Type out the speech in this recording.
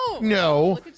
no